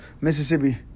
Mississippi